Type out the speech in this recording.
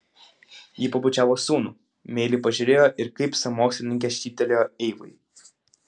ji pabučiavo sūnų meiliai pažiūrėjo ir kaip sąmokslininkė šyptelėjo eivai